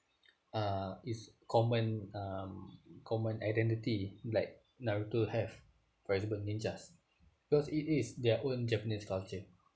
uh is common um common identity like Naruto have for example ninjas because it is their own japanese culture